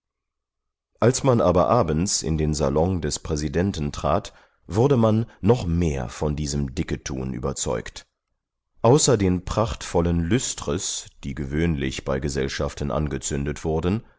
als man aber abends in den salon des präsidenten trat wurde man noch mehr von diesem dicketun überzeugt außer den prachtvollen lüstres die gewöhnlich bei gesellschaften angezündet wurden